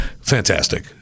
Fantastic